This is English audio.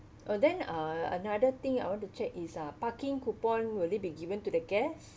uh then uh another thing I want to check is uh parking coupon will it be given to the guest